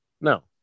No